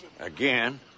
again